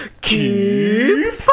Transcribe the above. Keep